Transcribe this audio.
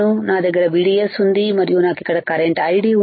నా దగ్గర VDS ఉందిమరియు నాకు ఇక్కడ కరెంట్ ID ఉంది